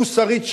מוסרית,